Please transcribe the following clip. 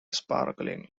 sparkling